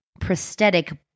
prosthetic